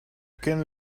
can